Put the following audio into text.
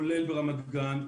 כולל ברמת גן,